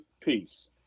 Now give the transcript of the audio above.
peace